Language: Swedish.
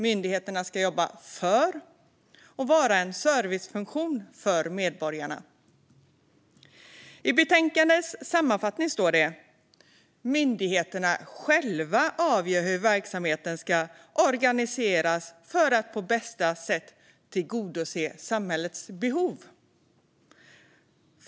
Myndigheterna ska jobba för och vara en servicefunktion för medborgarna. I betänkandets sammanfattning står det att myndigheterna själva avgör hur verksamheten ska organiseras för att på bästa sätt tillgodose samhällets behov.